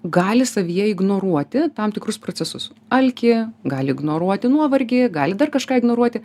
gali savyje ignoruoti tam tikrus procesus alkį gali ignoruoti nuovargį gali dar kažką ignoruoti